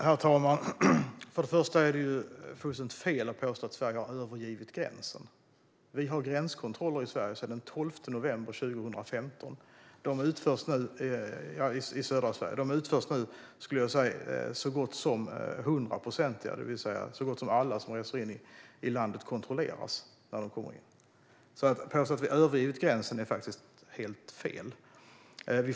Herr talman! Till att börja med är det fullständigt fel att påstå att Sverige har övergivit gränserna. Vi har gränskontroller i södra Sverige sedan den 12 november 2015. De utförs nu till så gott som 100 procent, det vill säga att så gott som alla som reser in i landet kontrolleras. Så att påstå att vi har övergivit gränsen är helt fel.